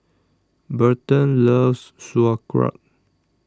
Burton loves Sauerkraut